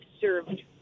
served